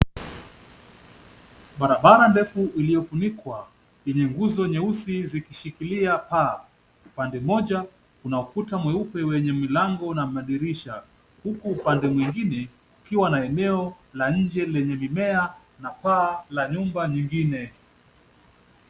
Barabara ndefu iliyofunikwa yenye nguzo nyeusi zikishikilia paa. Pande moja kuna ukuta mweupe wenye mlango na madirisha, huku upande mwingine ukiwa na eneo la nje lenye mimea na paa la nyumba nyingine.